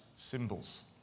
symbols